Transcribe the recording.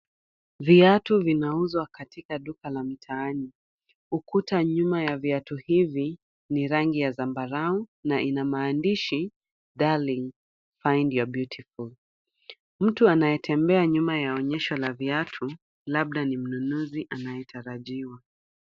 Viatu vinauzwa katika duka la mitaani. Ukuta nyuma ya viatu hivi ni rangi ya zambarau na una maandishi Darling find your beautful . Mtu anayetembea nyuma ya onyesho la viatu labda ni mnunuzi anayetarajiwa.